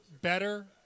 better